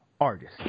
artist